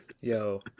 Yo